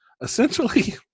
essentially